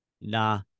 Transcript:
Nah